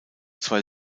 zwei